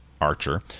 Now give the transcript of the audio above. Archer